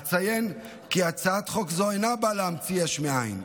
אציין כי הצעת חוק זו אינה באה להמציא יש מאין,